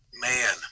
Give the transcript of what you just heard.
man